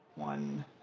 One